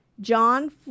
John